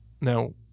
Now